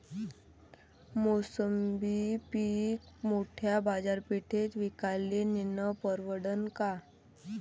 मोसंबी पीक मोठ्या बाजारपेठेत विकाले नेनं परवडन का?